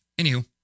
anywho